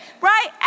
right